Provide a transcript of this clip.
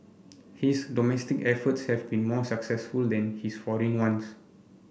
his domestic efforts have been more successful than his foreign ones